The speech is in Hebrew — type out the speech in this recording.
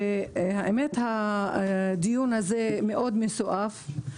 הדיון הזה מאוד מסועף.